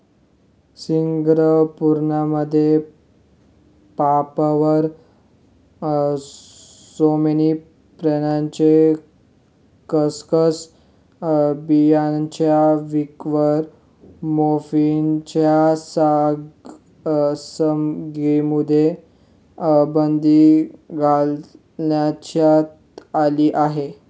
सिंगापूरमध्ये पापाव्हर सॉम्निफेरमच्या खसखस बियाणांच्या विक्रीवर मॉर्फिनच्या सामग्रीमुळे बंदी घालण्यात आली आहे